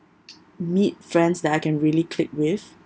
meet friends that I can really click with